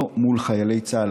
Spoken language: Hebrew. לא מול חיילי צה"ל.